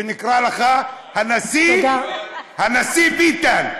ונקרא לך הנשיא ביטן.